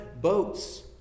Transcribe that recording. boats